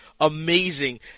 Amazing